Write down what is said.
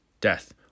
death